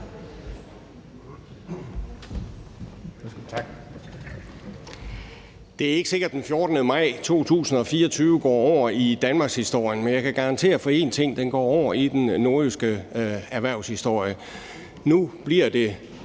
Det er ikke sikkert, at den 14. maj 2024 går over i danmarkshistorien, men jeg kan garantere for én ting: Den går over i den nordjyske erhvervshistorie. Nu bliver det,